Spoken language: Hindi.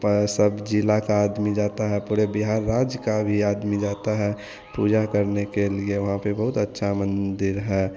प सब ज़िला का आदमी जाता है पूरे बिहार राज्य का भी आदमी जाता है पूजा करने के लिए वहाँ पर बहुत अच्छा मंदिर है